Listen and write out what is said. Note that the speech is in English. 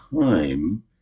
time